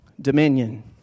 Dominion